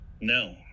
No